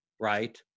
right